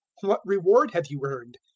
what reward have you earned?